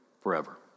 forever